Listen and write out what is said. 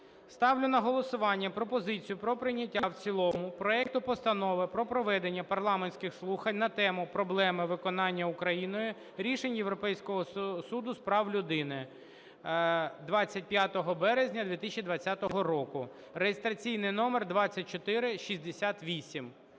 Ставлю на голосування пропозицію про прийняття в цілому проекту Постанови про проведення парламентських слухань на тему: "Проблеми виконання Україною рішень Європейського суду з прав людини" (25 березня 2020 року) (реєстраційний номер 2468).